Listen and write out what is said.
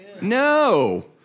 No